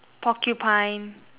porcupine